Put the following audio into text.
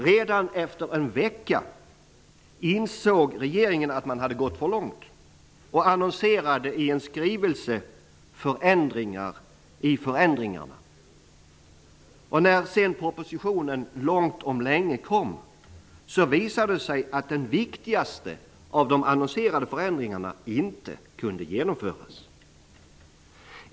Redan efter en vecka insåg regeringen att man gått för långt och annonserade i en skrivelse förändringar i förändringarna. När sedan propositionen långt om länge kom så visade det sig att den viktigaste av de annonserade förändringarna inte kunde genomföras.